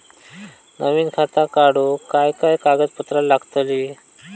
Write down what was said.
नवीन खाता काढूक काय काय कागदपत्रा लागतली?